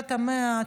מתחילת המאה,